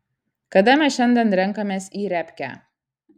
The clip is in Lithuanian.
kada mes šiandien renkamės į repkę